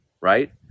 right